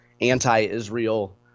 anti-Israel